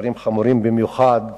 הדברים חמורים במיוחד